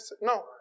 No